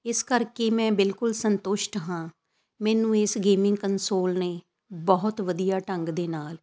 ਇਸ ਕਰਕੇ ਮੈਂ ਬਿਲਕੁਲ ਸੰਤੁਸ਼ਟ ਹਾਂ ਮੈਨੂੰ ਇਸ ਗੇਮਿੰਗ ਕਨਸੋਲ ਨੇ ਬਹੁਤ ਵਧੀਆ ਢੰਗ ਦੇ ਨਾਲ